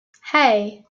hey